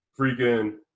freaking